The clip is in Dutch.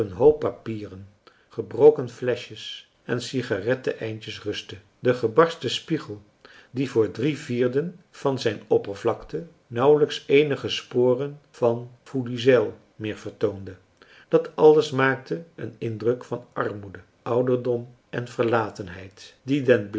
hoop papieren gebroken fleschjes en sigaretten eindjes rustte de gebarsten spiegel die marcellus emants een drietal novellen voor drie vierden van zijn oppervlakte nauwelijks eenige sporen van foeliesel meer vertoonde dat alles maakte een indruk van armoede ouderdom en verlatenheid die den